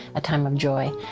a time of joy,